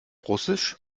russisch